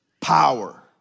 power